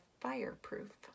fireproof